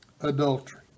adultery